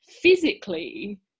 physically